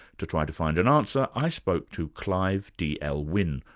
to try to find an answer, i spoke to clive d. l. wynne,